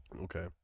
Okay